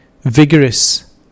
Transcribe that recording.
vigorous